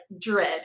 dread